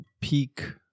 peak